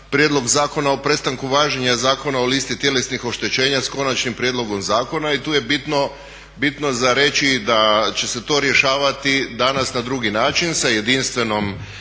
prijedlog Zakona o prestanku važenja Zakona o listi tjelesnih oštećenja s konačnim prijedlogom zakona i tu je bitno za reći da će se to rješavati danas na drugi način sa jedinstvenom